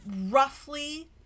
roughly